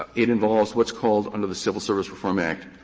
ah it involves what's called, under the civil service reform act,